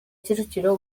kicukiro